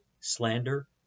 slander